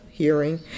hearing